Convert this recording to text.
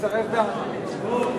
סעיפים 1 3 נתקבלו.